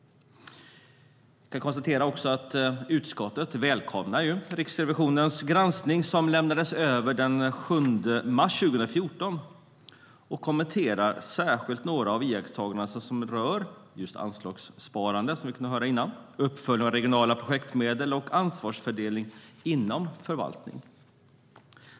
Utskottet välkomnar Riksrevisionens granskning, som lämnades över den 7 mars 2014, och kommenterar särskilt några av iakttagelserna som rör just anslagssparande, som vi har hört tidigare, uppföljning av regionala projektmedel och ansvarsfördelning inom förvaltning.